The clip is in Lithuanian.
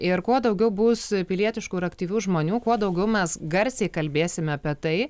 ir kuo daugiau bus pilietiškų ir aktyvių žmonių kuo daugiau mes garsiai kalbėsime apie tai